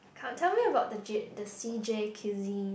come tell me about the jade the C_J cuisine